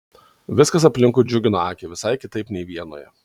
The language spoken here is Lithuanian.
viskas aplinkui džiugino akį visai kitaip nei vienoje